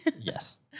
Yes